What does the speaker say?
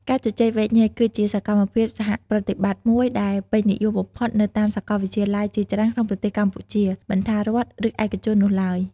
ការជជែកវែកញែក គឺជាសកម្មភាពសហប្រតិបត្តិមួយដែលពេញនិយមបំផុតនៅតាមសាកលវិទ្យាល័យជាច្រើនក្នុងប្រទេសកម្ពុជា មិនថារដ្ឋ ឬឯកជននោះឡើយ។។